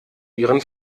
ihren